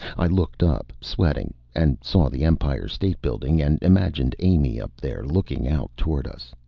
i looked up, sweating, and saw the empire state building and imagined amy up there, looking out toward us.